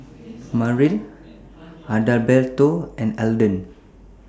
Myrl Adalberto and Alden